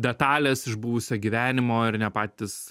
detalės iš buvusio gyvenimo ir ne patys